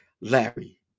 Larry